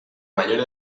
mayor